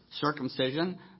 Circumcision